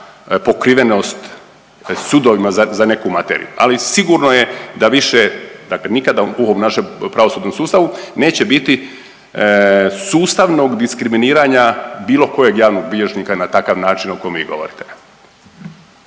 pokrivenost sudovima za neku materiju, ali sigurno je da više, dakle nikada u ovom našem pravosudnom sustavu neće biti sustavnog diskriminiranja bilo kojeg javnog bilježnika na takav način o kom vi govorite.